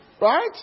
Right